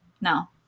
no